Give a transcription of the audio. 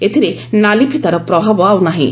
ଏଥିରେ ନାଲିଫିତାର ପ୍ରଭାବ ଆଉ ନାହିଁ